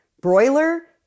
broiler